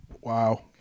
Wow